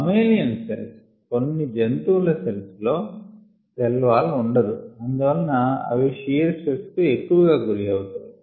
mammalian cells కొన్ని జంతువుల cells లో సెల్ వాల్ ఉండదు అందువలన అవి షియర్ స్ట్రెస్ కు ఎక్కువగా గురి అవుతాయి